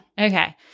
Okay